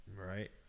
Right